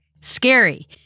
scary